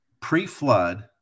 pre-flood